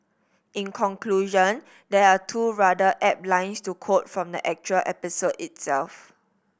in conclusion there are two rather apt lines to quote from the actual episode itself